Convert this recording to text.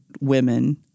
women